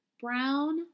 brown